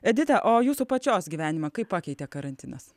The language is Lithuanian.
edita o jūsų pačios gyvenimą kaip pakeitė karantinas